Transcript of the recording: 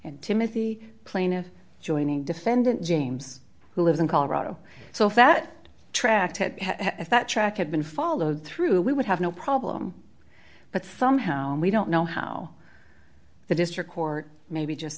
plaintiff joining defendant james who lives in colorado so if that tract if that track had been followed through we would have no problem but somehow we don't know how the district court maybe just